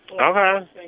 Okay